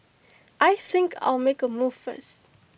I think I'll make A move first